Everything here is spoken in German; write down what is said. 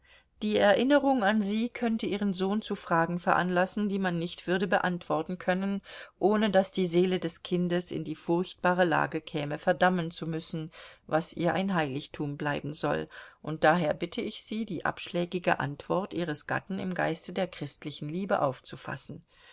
die erinnerung an sie könnte ihren sohn zu fragen veranlassen die man nicht würde beantworten können ohne daß die seele des kindes in die furchtbare lage käme verdammen zu müssen was ihr ein heiligtum bleiben soll und daher bitte ich sie die abschlägige antwort ihres gatten im geiste der christlichen liebe aufzufassen